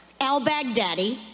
al-Baghdadi